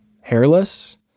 hairless